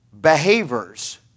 behaviors